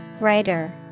Writer